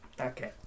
Okay